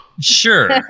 Sure